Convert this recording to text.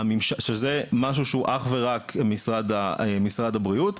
שזה משהו שאך ורק משרד הבריאות,